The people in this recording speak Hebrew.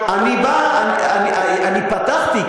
אני פתחתי,